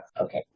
Okay